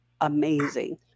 amazing